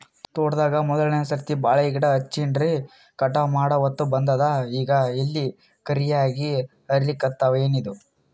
ತೋಟದಾಗ ಮೋದಲನೆ ಸರ್ತಿ ಬಾಳಿ ಗಿಡ ಹಚ್ಚಿನ್ರಿ, ಕಟಾವ ಮಾಡಹೊತ್ತ ಬಂದದ ಈಗ ಎಲಿ ಕರಿಯಾಗಿ ಹರಿಲಿಕತ್ತಾವ, ಏನಿದು?